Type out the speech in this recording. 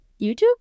youtube